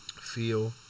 feel